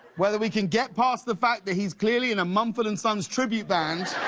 whether we can get past the fact that he's clearly in a mumful and sons tribute band